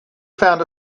found